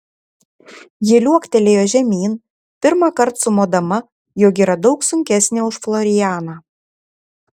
ji liuoktelėjo žemyn pirmąkart sumodama jog yra daug sunkesnė už florianą